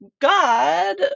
god